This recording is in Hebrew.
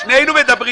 הן לא מתפקדות.